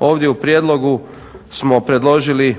ovdje u prijedlogu smo predložili